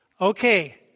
Okay